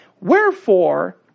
Wherefore